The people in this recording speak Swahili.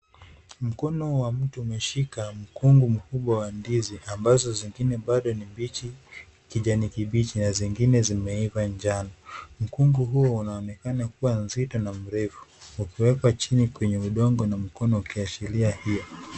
Mkono wa mtu imeshika mkungu mkubwa wa ndizi ambazo zingine bado ni mbichi, kijani kibichi na zingine zimeiva njano. Mkungu huo inaonekana kuwa nzito na mrefu ukiwekwa chini kwenye udongo na mkono ikiashiria hiyo.